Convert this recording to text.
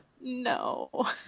no